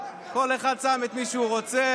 כל אחד שם את מי שהוא רוצה.